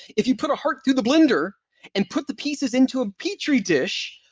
if you put a heart through the blender and put the pieces into a petri dish,